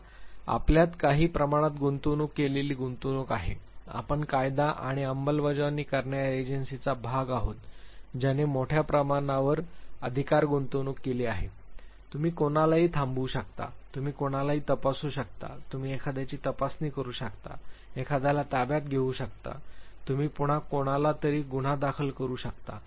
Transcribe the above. आता आपल्यात काही प्रमाणात गुंतवणूक केलेली गुंतवणूक आहे आपण कायदा आणि अंमलबजावणी करणार्या एजन्सीचा भाग आहात ज्याने मोठ्या प्रमाणावर अधिकार गुंतवणूक केली आहे तुम्ही कोणालाही थांबवू शकता तुम्ही कुणालाही तपासू शकता तुम्ही एखाद्याची तपासणी करू शकता एखाद्याला ताब्यात घेऊ शकता तुम्ही पुन्हा कोणाला तरी गुन्हा दाखल करू शकता